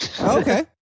Okay